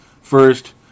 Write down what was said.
first